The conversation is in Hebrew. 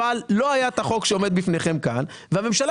אבל לא היה את החוק שעומד בפניכם כאן והממשלה